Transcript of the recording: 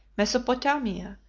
mesopotamia,